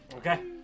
Okay